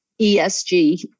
ESG